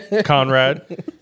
Conrad